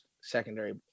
secondary